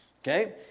Okay